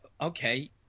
okay